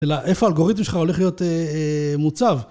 אלה איפה האלגוריתם שלך הולך להיות אה.. אה.. מוצב?